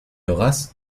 race